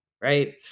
right